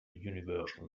universal